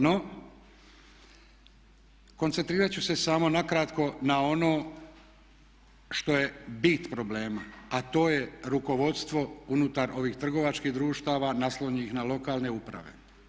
No, koncentrirati ću se samo nakratko na ono što je bit problema, a to je rukovodstvo unutar ovih trgovačkih društava naslonjenih na lokalne uprave.